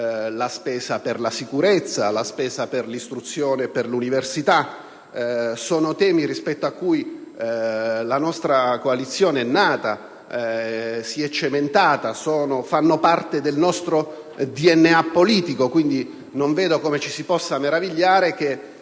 la spesa per la sicurezza, la spesa per l'istruzione e l'università. Sono temi rispetto a cui la nostra coalizione è nata e si è cementata, fanno parte del nostro DNA politico, e non vedo come ci si possa meravigliare che